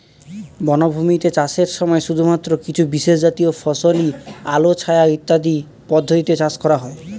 বনভূমিতে চাষের সময় শুধুমাত্র কিছু বিশেষজাতীয় ফসলই আলো ছায়া ইত্যাদি পদ্ধতিতে চাষ করা হয়